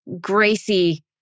Gracie